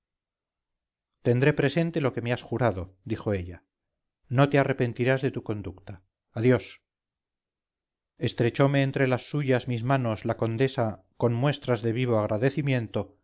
tendré presente lo que me has jurado dijo ella no te arrepentirás de tu conducta adiós estrechome entre las suyas mis manos la condesa con muestras de vivo agradecimiento